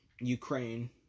Ukraine